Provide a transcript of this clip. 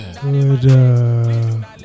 Good